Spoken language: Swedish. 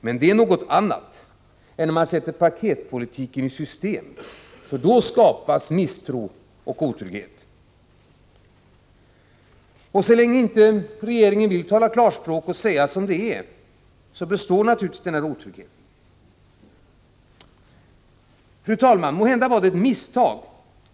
Men det är någonting annat än att sätta paketpolitiken i system. Det ger upphov till misstro och otrygghet. Så länge regeringen inte vill tala klarspråk och säga som det är består naturligtvis denna otrygghet. Fru talman! Måhända är det fråga om ett misstag.